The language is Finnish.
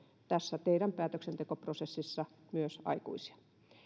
tässä teidän päätöksentekoprosessissanne myös aikuisia